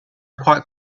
quite